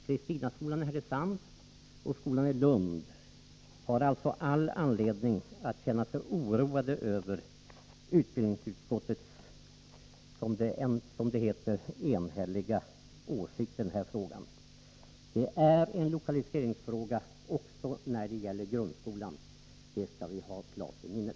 Kristinaskolan i Härnösand och skolan i Lund har alltså all anledning att känna sig oroade över utbildningsutskottets, som det heter, enhälliga åsikt i den här frågan. Det är en lokaliseringsfråga också när det gäller grundskolan, det skall vi ha i minnet.